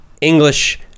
English